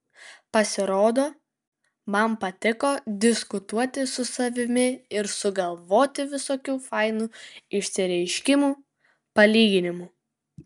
pasirodo man patiko diskutuoti su savimi ir sugalvoti visokių fainų išsireiškimų palyginimų